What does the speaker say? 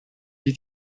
gli